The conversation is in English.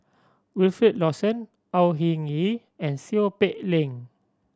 Wilfed Lawson Au Hing Yee and Seow Peck Leng